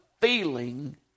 feeling